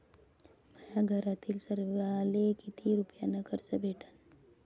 माह्या घरातील सर्वाले किती रुप्यान कर्ज भेटन?